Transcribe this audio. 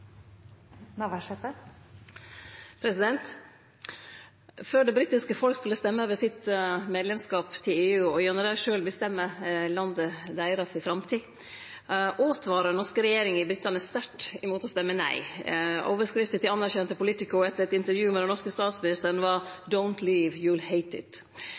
Før det britiske folket skulle stemme over medlemskapet sitt i EU – og gjennom det sjølv bestemme landet si framtid – åtvara den norske regjeringa britane sterkt mot å stemme nei. Ei overskrift hos anerkjente POLITICO etter eit intervju med den norske statsministeren var: